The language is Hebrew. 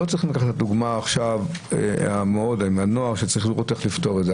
לא צריכים לקחת את הדוגמה עכשיו עם הנוער שצריך לראות איך לפתור את זה.